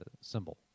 symbol